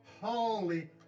holy